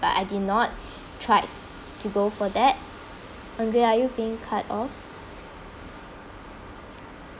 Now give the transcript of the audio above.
but I did not try to go for that andrew are you being cut off